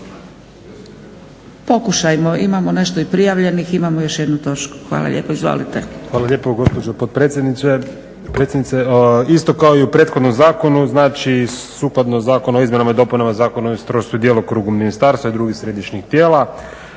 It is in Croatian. Pokušajmo, imamo nešto i prijavljenih, imamo još jednu točku. Hvala lijepo, izvolite. **Leverić, Alen** Hvala lijepo gospođo potpredsjednice. Isto kao i u prethodnom zakonu znači sukladno Zakonu o izmjenama i dopunama Zakona o ustrojstvu i djelokrugu ministarstva i drugih središnjih tijela